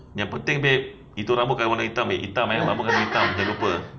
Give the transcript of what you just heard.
yang penting babe itu rambut kena warna hitam babe hitam eh rambut kena hitam jangan lupa